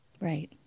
Right